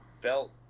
felt